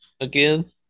Again